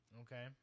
okay